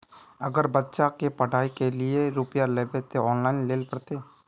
अगर बच्चा के पढ़ाई के लिये रुपया लेबे ते ऑनलाइन लेल पड़ते?